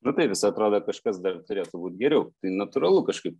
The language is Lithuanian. nu taip vis atrodo kažkas dar turėtų būt geriau tai natūralu kažkaip